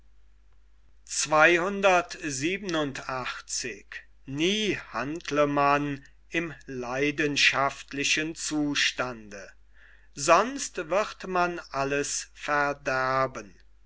sonst wird man alles verderben